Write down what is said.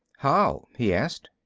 how? he asked.